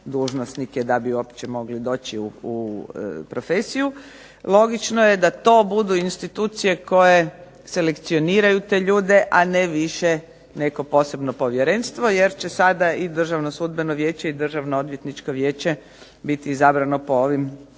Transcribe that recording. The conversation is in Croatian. dužnosnike da bi uopće mogli doći u profesiju. Logično je da to budu institucije koje selekcioniraju te ljude, a ne više neko posebno povjerenstvo jer će sada i Državno sudbeno vijeće i Državno odvjetničko vijeće biti izabrano po ovim